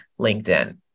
LinkedIn